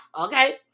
okay